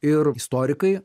ir istorikai